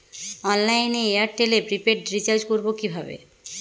অনলাইনে এয়ারটেলে prepaid recharge করবো কিভাবে?